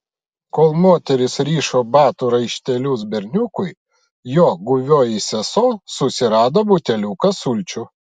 kol moteris rišo batų raištelius berniukui jo guvioji sesuo susirado buteliuką sulčių